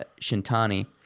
Shintani